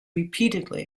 repeatedly